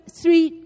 three